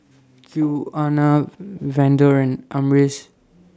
Quiana Vander and Amaris